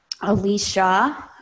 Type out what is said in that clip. Alicia